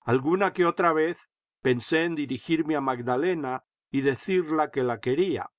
alguna que otra vez pensé en dirigirme a magdalena y decirla que la quería